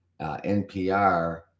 NPR